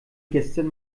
gestern